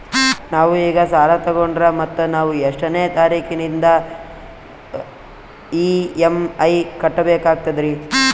ನಾವು ಈಗ ಸಾಲ ತೊಗೊಂಡ್ರ ಮತ್ತ ನಾವು ಎಷ್ಟನೆ ತಾರೀಖಿಲಿಂದ ಇ.ಎಂ.ಐ ಕಟ್ಬಕಾಗ್ತದ್ರೀ?